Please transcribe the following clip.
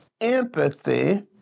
empathy